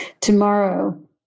Tomorrow